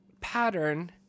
pattern